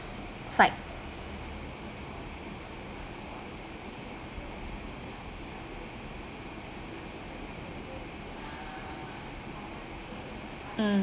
psych mm